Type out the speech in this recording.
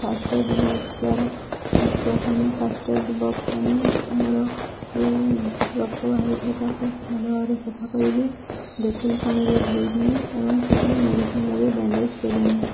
first aid box ଦ୍ୱାରା ପ୍ରଥମେ first aid box ଆଣି ମୋର ଯେଉଁ ରକ୍ତ ବାହାରିଥାଏ ତାକୁ ଭଲ ଭାବରେ ସଫା କରିଦିଏ ଡେଟଲ୍ ପାଣିରେ ଧୋଇ ଦିଏ ଏବଂ ସେଥିରେ ମେଡ଼ିସିନ ଲଗାଇ ବ୍ୟାଣ୍ଡେଜ୍ କରିନଏ